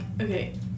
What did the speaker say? okay